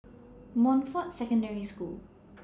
Montfort Secondary School